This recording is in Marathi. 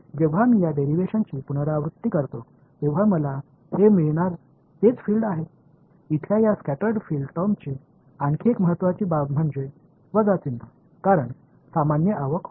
जेव्हा मी या डेरीव्हेशन ची पुनरावृत्ती करतो तेव्हा मला हे मिळणार तेच फील्ड आहे इथल्या या स्कॅटर्ड फील्ड टर्मची आणखी एक महत्त्वाची बाब म्हणजे वजा चिन्ह कारण सामान्य आवक होते